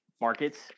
markets